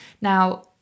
Now